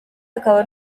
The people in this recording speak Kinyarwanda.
akaba